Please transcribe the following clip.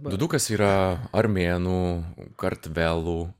dudukas yra armėnų kartvelų